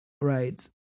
right